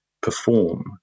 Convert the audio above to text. perform